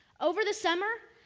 over the summer,